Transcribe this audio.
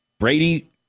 Brady